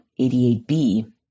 88b